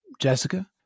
Jessica